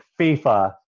fifa